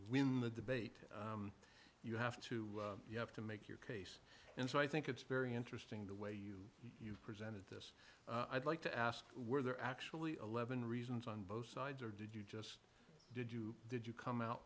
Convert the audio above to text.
win the debate you have to you have to make your case and so i think it's very interesting the way you you've presented this i'd like to ask where there actually eleven reasons on both sides or did you just did you did you come out